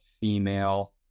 female